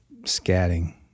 scatting